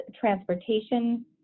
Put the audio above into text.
transportation